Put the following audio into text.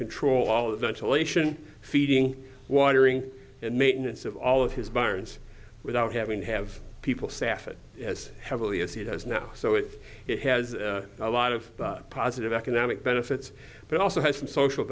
control all the ventilation feeding watering and maintenance of all of his barns without having to have people staff it as heavily as he does now so it has a lot of positive economic benefits but also has some social